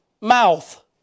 mouth